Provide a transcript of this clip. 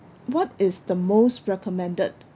what is the most recommended